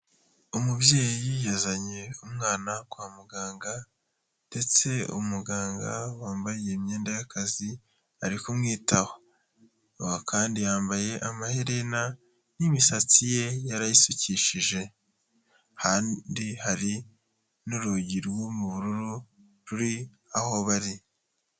Umubyeyi yazanye umwana kwa muganga ndetse umuganga wambaye imyenda y'akazi, ari kumwitaho kandi yambaye amaherena n'imisatsi ye yarayisukishije, ahandi hari n'urugi rw'ubururu ruri aho bari.